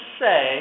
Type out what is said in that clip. say